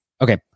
okay